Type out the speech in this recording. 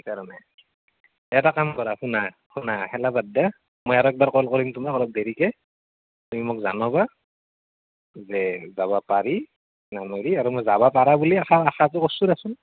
সেইকাৰণে এটা কাম কৰা শুনা শুনা হেলা বাদ দিয়া মই আৰু একবাৰ ক'ল কৰিম তোমাক দেৰিকৈ তুমি মোক জনাবা যে যাবা পাৰি নে নোৱাৰি আৰু মই যাবা পাৰিবা বুলিয়েই আশা আশাটো কৰছোঁ দেচোন